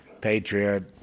patriot